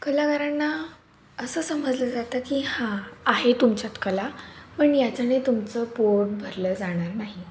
कलाकारांना असं समजलं जातं की हां आहे तुमच्यात कला पण याच्याने तुमचं पोट भरलं जाणार नाही